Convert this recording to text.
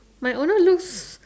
my older looks